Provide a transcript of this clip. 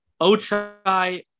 Ochai